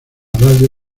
radio